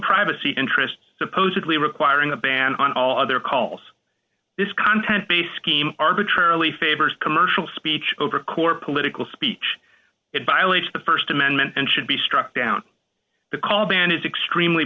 interests supposedly requiring a ban on all other calls this content based scheme arbitrarily favors commercial speech over a core political speech it violates the st amendment and should be struck down the call ban is extremely